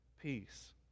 peace